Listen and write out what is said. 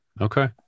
Okay